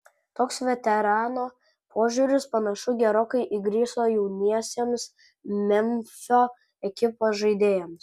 toks veterano požiūris panašu gerokai įgriso jauniesiems memfio ekipos žaidėjams